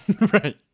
right